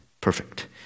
perfect